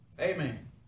amen